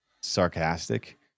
sarcastic